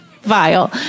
vile